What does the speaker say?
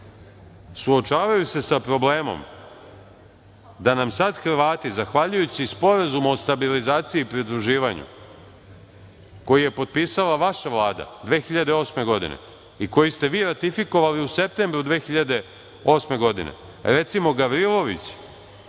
Suočavaju se sa problemom da nam sada Hrvati, zahvaljujući Sporazumu o stabilizaciji i pridruživanju, koji je potpisala vaša Vlada 2008. godine i koji ste vi ratifikovali u septembru 2008. godine, recimo „Gavrilović“